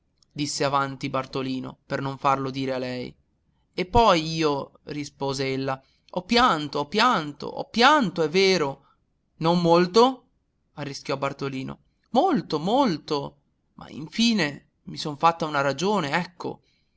disse avanti bartolino per non farlo dire a lei e poi io riprese ella ho pianto ho pianto ho pianto è vero non molto arrischiò bartolino molto molto ma in fine mi son fatta una ragione ecco